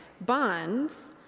bonds